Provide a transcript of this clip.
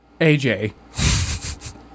AJ